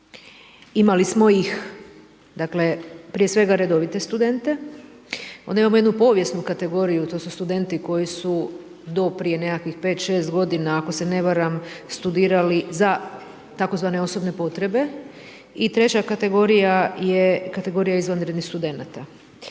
Imali smo ih prije svega redovite studente. Onda imamo jednu povijesnu kategoriju, to su studenti koji su do prije nekakvih 5, 6 godina ako se ne varam studirali za tzv. osobne potrebe. I treća kategorija je kategorija izvanrednih studenata.